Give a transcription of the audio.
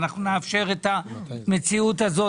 ואנחנו נאפשר את המציאות הזאת.